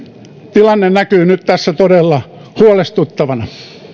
tilanne näkyy nyt tässä todella huolestuttavana